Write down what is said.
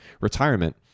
retirement